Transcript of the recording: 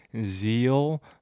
zeal